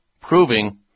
proving